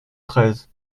treize